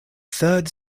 third